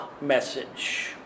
message